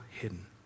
hidden